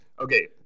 Okay